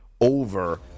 over